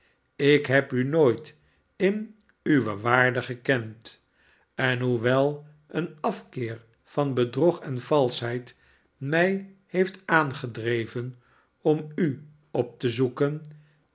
ik heb u nooit in uwe waarde gekend en hoewel een afkeer van bedrog en valschheid mij heeft aangedreven om u op te zoeken